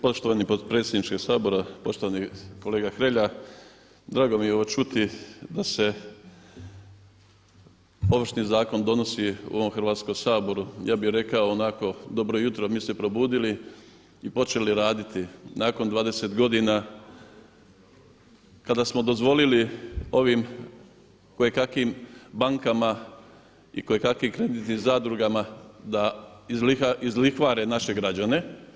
Poštovani potpredsjedniče Sabora, poštovani kolega Hrelja drago mi je evo čuti da se Ovršni zakon donosi u ovom Hrvatskom saboru ja bih rekao onako dobro jutro mi se probudili i počeli raditi nakon 20 godina kada smo dozvolili ovim kojekakvim bankama i kojekakvim kreditnim zadrugama da izlihvare naše građane.